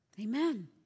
amen